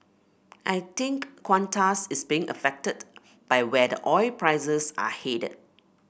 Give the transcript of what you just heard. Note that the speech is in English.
I think Qantas is being affected by where the oil prices are headed